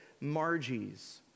Margie's